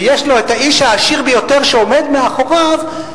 והאיש העשיר ביותר עומד מאחוריו,